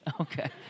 Okay